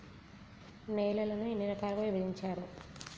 నేలలను ఎన్ని రకాలుగా విభజించారు?